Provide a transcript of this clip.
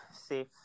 safe